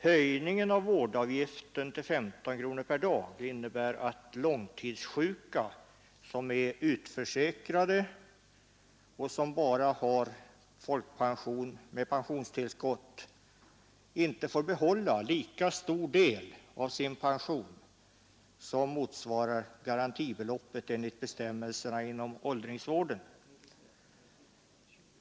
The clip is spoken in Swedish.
Höjningen av vårdavgiften till 15 kronor per dag innebär att långtidssjuka som är utförsäkrade och som bara har folkpension med pensionstillskott inte får behålla lika stor del av sin pension som motsvarar garantibeloppet enligt bestämmelserna inom åldringsvården.